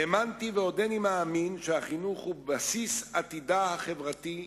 האמנתי ועודני מאמין שהחינוך הוא בסיס עתידה החברתי,